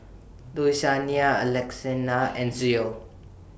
Louisiana and Zoe